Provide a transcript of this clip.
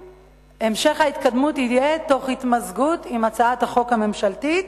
והמשך ההתקדמות יהיה תוך התמזגות עם הצעת החוק הממשלתית,